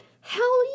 hell